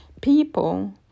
people